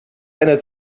einer